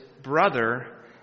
brother